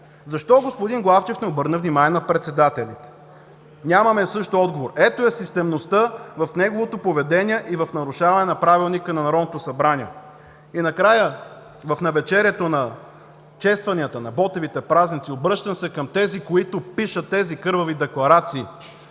Защо господин Главчев не обърна внимание на председателите? Нямаме също отговор. Ето я системността в неговото поведение и в нарушаване на Правилника на Народното събрание. Накрая, в навечерието на честванията на Ботевите празници, обръщам се към тези, които пишат тези кървави декларации,